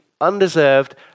undeserved